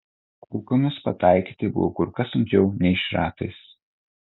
kulkomis pataikyti buvo kur kas sunkiau nei šratais